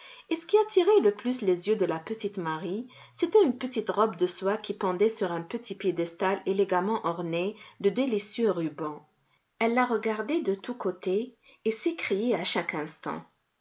et ce qui attirait le plus les yeux de la petite marie c'était une petite robe de soie qui pendait sur un petit piédestal élégamment ornée de délicieux rubans elle la regardait de tous côtés et s'écriait à chaque instant